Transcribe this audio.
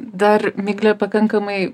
dar miglė pakankamai